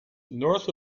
north